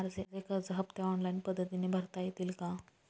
माझे कर्ज हफ्ते ऑनलाईन पद्धतीने भरता येतील का?